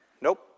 nope